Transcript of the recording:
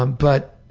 um but